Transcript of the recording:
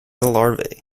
larvae